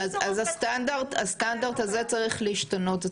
הסטנדרט הזה צריך להשתנות.